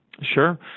Sure